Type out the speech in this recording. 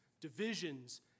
divisions